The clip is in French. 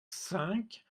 cinq